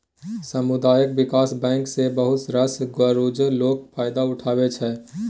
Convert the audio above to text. सामुदायिक बिकास बैंक सँ बहुत रास गरजु लोक फायदा उठबै छै